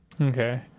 okay